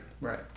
Right